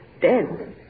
dead